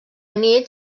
nit